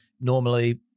normally